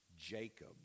Jacob